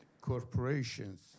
corporations